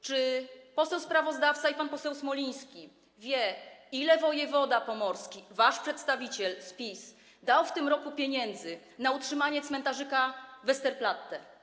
Czy poseł sprawozdawca i pan poseł Smoliński wiedzą, ile wojewoda pomorski, wasz przedstawiciel z PiS, dał w tym roku pieniędzy na utrzymanie cmentarzyka Westerplatte?